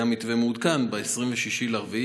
היה מתווה מעודכן ב-26 באפריל,